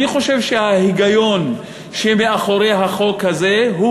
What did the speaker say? אני חושב שההיגיון שמאחורי החוק הזה הוא